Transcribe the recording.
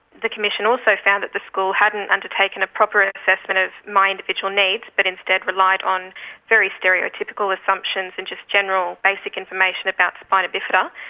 the commission also found the school hadn't undertaken a proper assessment of my individual needs but instead relied on very stereotypical assumptions and just general basic information about spina bifida,